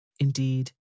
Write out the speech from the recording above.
Indeed